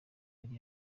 yari